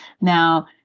Now